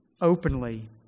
openly